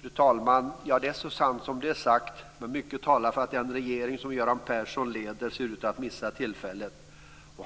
Fru talman! Det är så sant som det är sagt, men mycket talar för att den regering som Göran Persson leder ser ut att missa tillfället.